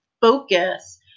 focus